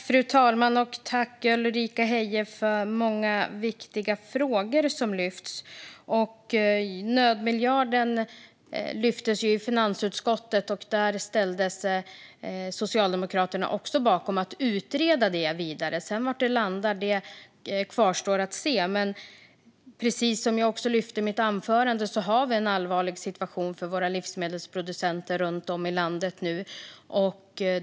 Fru talman! Tack, Ulrika Heie, för de många viktiga frågor som du lyfte upp! Nödmiljarden lyftes fram i finansutskottet, och där ställde sig också Socialdemokraterna bakom att utreda det vidare. Var det sedan landar kvarstår att se, men precis som jag lyfte upp i mitt anförande har vi nu en allvarlig situation för våra livsmedelsproducenter runt om i landet.